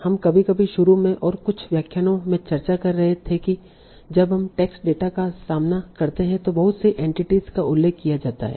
हम कभी कभी शुरू में और कुछ व्याख्यानों में चर्चा कर रहे थे कि जब हम टेक्स्ट डेटा का सामना करते हैं तो बहुत सी एंटिटीस का उल्लेख किया जाता है